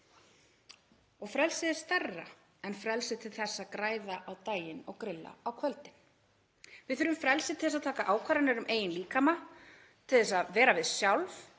Frelsið er stærra en frelsið til þess að græða á daginn og grilla á kvöldin. Við þurfum frelsi til að taka ákvarðanir um eigin líkama, til þess að vera við sjálf